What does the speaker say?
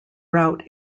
route